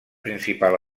principal